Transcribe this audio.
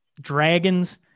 dragons